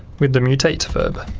with the mutate verb.